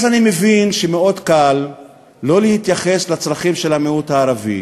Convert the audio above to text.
אז אני מבין שמאוד קל לא להתייחס לצרכים של המיעוט הערבי,